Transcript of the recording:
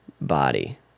body